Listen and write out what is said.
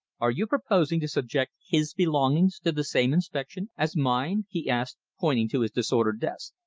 are you proposing to subject his belongings to the same inspection as mine? he asked, pointing to his disordered desk.